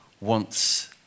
wants